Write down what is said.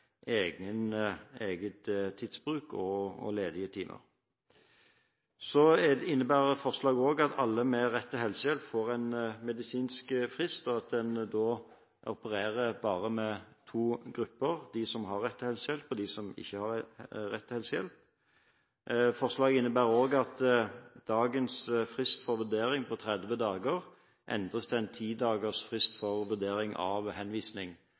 egen tidsbruk og ledige timer. Forslaget innebærer også at alle med rett til helsehjelp får en medisinsk frist, og at man opererer bare med to grupper: De som har rett til helsehjelp, og de som ikke har rett til helsehjelp. Forslaget innebærer også at dagens frist for vurdering på 30 dager endres til en 10-dagers frist for vurdering av henvisning.